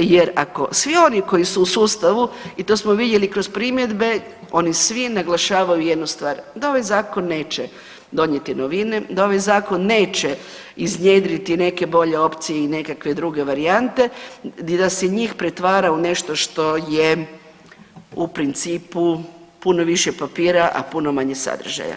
jer ako svi oni koji su uz sustavu i to smo vidjeli kroz primjedbe oni svi naglašavaju jednu stvar, da ovaj zakon neće donijeti novine, da ovaj zakon neće iznjedriti neke bolje opcije i nekakve druge varijante i da se njih pretvara u nešto što je u principu puno više papira, a puno manje sadržaja.